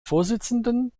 vorsitzenden